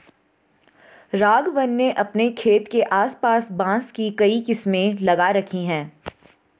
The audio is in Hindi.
राघवन ने अपने खेत के आस पास बांस की कई किस्में लगा रखी हैं